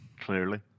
clearly